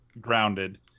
grounded